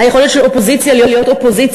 היכולת של אופוזיציה להיות אופוזיציה,